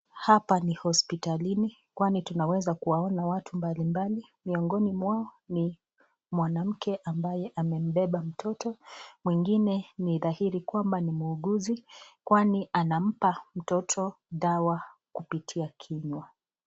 Hapa ni hospitalini kwani tunaeza kuwaona watu mbali mbali miongoni mwao ni mwanamke ambaye amembeba mtoto, mwingine ni dhahiri kwamba ni muuguzi, kwani anampa mtoto dawa kupitia kinywa.